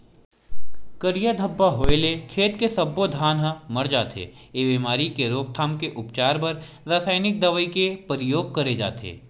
करिया धब्बा होय ले खेत के सब्बो धान ह मर जथे, ए बेमारी के रोकथाम के उपचार बर रसाइनिक दवई के परियोग करे जाथे